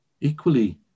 equally